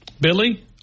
Billy